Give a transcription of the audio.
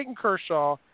Kershaw